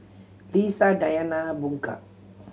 Lisa Dayana Bunga